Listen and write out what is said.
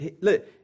Look